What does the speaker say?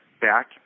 back